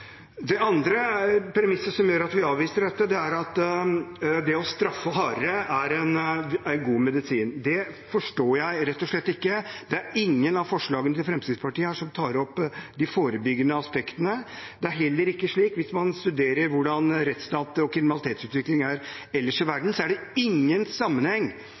Det andre premisset som gjør at vi avviser dette, er at det å straffe hardere er god medisin. Det forstår jeg rett og slett ikke. Det er ingen av forslagene fra Fremskrittspartiet her som tar opp de forebyggende aspektene. Hvis man studerer hvordan rettsstats- og kriminalitetsutvikling er ellers i verden, er det ingen sammenheng